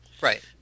Right